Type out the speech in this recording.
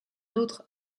autre